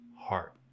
heart